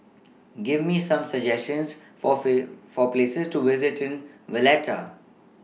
Give Me Some suggestions For Places to visit in Valletta